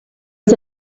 was